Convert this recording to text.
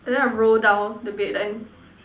and then I roll down the bed then